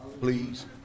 please